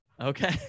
Okay